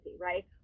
right